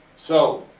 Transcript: so,